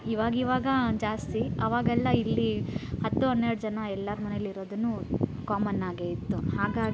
ಇವಾಗಿವಾಗ ಜಾಸ್ತಿ ಆವಾಗೆಲ್ಲ ಇಲ್ಲಿ ಹತ್ತು ಹನ್ನೆರಡು ಜನ ಎಲ್ಲರ ಮನೆಯಲ್ಲೂ ಇರೋದುನ್ನು ಕಾಮನ್ನಾಗೇ ಇತ್ತು ಹಾಗಾಗಿ